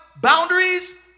boundaries